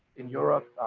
in europe,